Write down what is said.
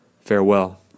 Farewell